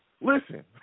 Listen